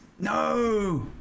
No